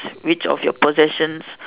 which of your possessions